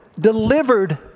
delivered